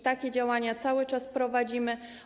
Takie działania cały czas prowadzimy.